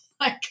Like-